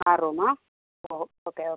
ആറ് റൂമാണ് okay okay